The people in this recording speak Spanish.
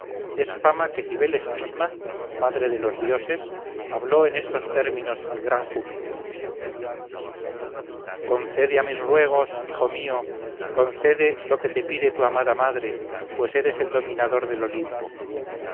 es fama que cibeles misma madre de los dioses habló en estos términos al gran júpiter concede a mis ruegos hijo mío concede lo que te pide tu amada madre pues eres el dominador del olimpo